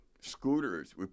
scooters